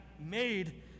made